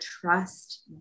trust